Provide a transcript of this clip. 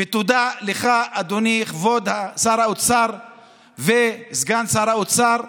ותודה לכם, אדוני כבוד שר האוצר, וסגן שר האוצר,